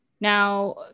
now